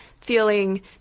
feeling